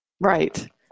Right